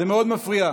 זה מאוד מפריע.